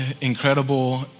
incredible